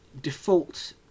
default